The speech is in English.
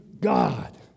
God